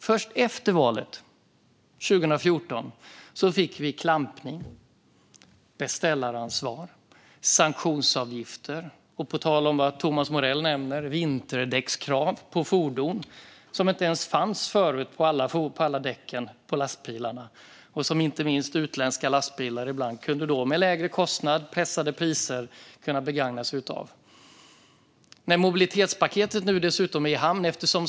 Först efter valet 2014 fick vi klampning, beställaransvar, sanktionsavgifter och, på tal om vad Thomas Morell nämner, vinterdäckskrav på fordon. Sådana krav fanns tidigare inte för alla däck på lastbilarna, och detta kunde inte minst utländska lastbilar med lägre kostnader och pressade priser begagna sig av. Nu är mobilitetspaketet dessutom i hamn.